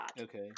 Okay